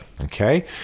okay